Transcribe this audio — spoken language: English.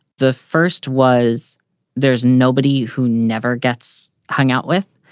the first was there's nobody who never gets hung out with,